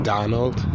Donald